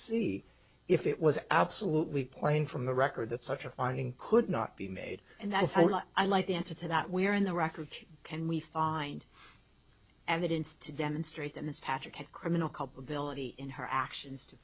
see if it was absolutely plain from the record that such a finding could not be made and i think i like the answer to that we are in the record can we find evidence to demonstrate that ms patrick had criminal culpability in her actions to